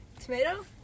Tomato